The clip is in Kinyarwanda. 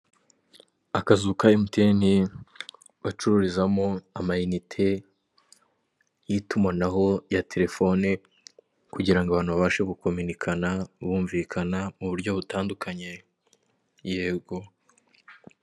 Akazu ka MTN bacururizamo ama inite y'itumanaho ya telefone kugirango abantu babashe gukominikana bumvikana muburyo butandukanye yego.